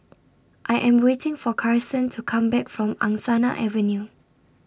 I Am waiting For Carson to Come Back from Angsana Avenue